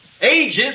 ages